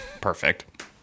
Perfect